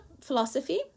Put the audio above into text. philosophy